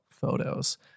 photos